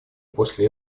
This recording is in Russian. после